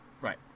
Right